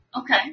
Okay